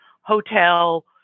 hotel